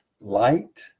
light